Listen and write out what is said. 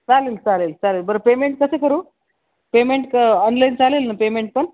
चालेल चालेल चालेल बरं पेमेंट कसं करू पेमेंट क ऑनलाईन चालेल ना पेमेंट पण